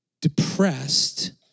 depressed